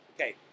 Okay